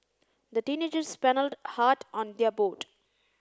the teenagers paddled hard on their boat